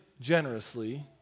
generously